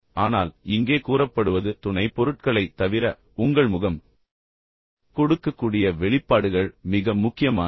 ஆனால் இங்கே கூறப்படுவது துணைப்பொருட்களைத் தவிர உங்கள் முகம் கொடுக்கக்கூடிய வெளிப்பாடுகள் மிக முக்கியமானவை